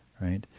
right